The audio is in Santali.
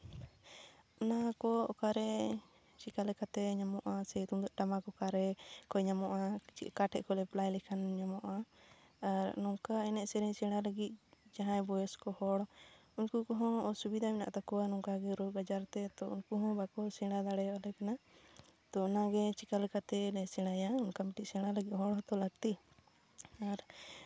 ᱚᱱᱟ ᱠᱚ ᱚᱠᱟᱨᱮ ᱪᱮᱠᱟ ᱞᱮᱠᱟᱛᱮ ᱧᱟᱢᱚᱜᱼᱟ ᱥᱮ ᱛᱩᱢᱫᱟᱹᱜ ᱴᱟᱢᱟᱠ ᱚᱠᱟᱨᱮ ᱠᱚᱭ ᱧᱟᱢᱚᱜᱼᱟ ᱚᱠᱟᱴᱷᱮᱡ ᱠᱚ ᱮᱯᱞᱟᱭ ᱞᱮᱠᱷᱟᱱ ᱧᱟᱢᱚᱜᱼᱟ ᱟᱨ ᱱᱚᱝᱠᱟ ᱮᱱᱮᱡ ᱥᱮᱨᱮᱧ ᱥᱮᱬᱟ ᱞᱟᱹᱜᱤᱫ ᱡᱟᱦᱟᱸᱭ ᱵᱚᱭᱚᱥᱠᱚ ᱦᱚᱲ ᱩᱱᱠᱩ ᱠᱚᱦᱚᱸ ᱚᱥᱩᱵᱤᱫᱟ ᱢᱮᱱᱟᱜ ᱛᱟᱠᱚᱣᱟ ᱱᱚᱝᱠᱟ ᱜᱮ ᱨᱳᱜᱽ ᱟᱡᱟᱨᱛᱮ ᱛᱚ ᱩᱱᱠᱩ ᱦᱚᱸ ᱵᱟᱠᱚ ᱥᱮᱬᱟ ᱫᱟᱲᱮᱭᱟᱞᱮ ᱠᱟᱱᱟ ᱛᱚ ᱚᱱᱟᱜᱮ ᱪᱤᱠᱟᱹ ᱞᱮᱠᱟ ᱛᱮᱞᱮ ᱥᱮᱲᱟᱭᱟ ᱚᱱᱠᱟ ᱢᱤᱫᱴᱤᱡ ᱥᱮᱬᱟ ᱞᱟᱹᱜᱤᱫ ᱦᱚᱲ ᱦᱚᱸᱛᱚ ᱞᱟᱹᱠᱛᱤ ᱟᱨ